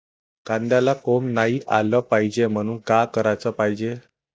कांद्याला कोंब नाई आलं पायजे म्हनून का कराच पायजे?